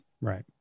Right